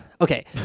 okay